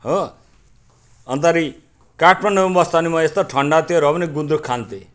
हो अन्तखेरि काठमाडौँमा पनि बस्दा पनि म यस्तो ठन्डा थियो र पनि गुन्द्रुक खान्थेँ